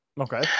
okay